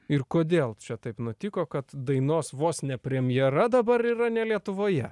ir kodėl čia taip nutiko kad dainos vos ne premjera dabar yra ne lietuvoje